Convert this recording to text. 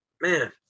Man